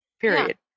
period